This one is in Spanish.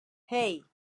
hey